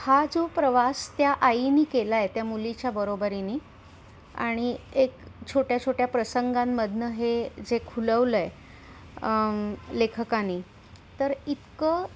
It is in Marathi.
हा जो प्रवास त्या आईने केला आहे त्या मुलीच्या बरोबरीने आणि एक छोट्या छोट्या प्रसंगांमधनं हे जे खुलवलं आहे लेखकांनी तर इतकं